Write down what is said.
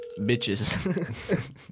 Bitches